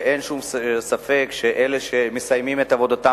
אין שום ספק שאלה שמסיימים את עבודתם